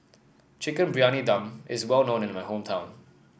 Chicken Briyani Dum is well known in my hometown